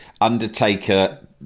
undertaker